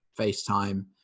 FaceTime